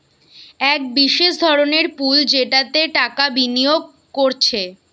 এক বিশেষ ধরনের পুল যেটাতে টাকা বিনিয়োগ কোরছে